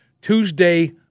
Tuesday